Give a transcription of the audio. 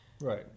Right